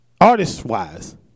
artist-wise